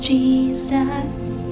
Jesus